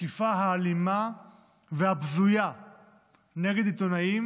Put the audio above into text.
התקיפה האלימה והבזויה נגד עיתונאים